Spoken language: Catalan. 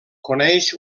coneix